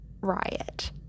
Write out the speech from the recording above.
riot